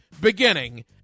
beginning